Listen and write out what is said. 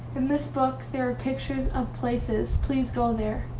in this book there are pictures of places, please go there.